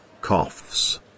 coughs